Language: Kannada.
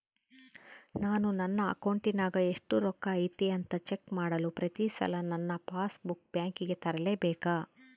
ನಾನು ನನ್ನ ಅಕೌಂಟಿನಾಗ ಎಷ್ಟು ರೊಕ್ಕ ಐತಿ ಅಂತಾ ಚೆಕ್ ಮಾಡಲು ಪ್ರತಿ ಸಲ ನನ್ನ ಪಾಸ್ ಬುಕ್ ಬ್ಯಾಂಕಿಗೆ ತರಲೆಬೇಕಾ?